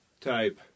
type